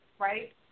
right